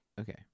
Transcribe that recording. Okay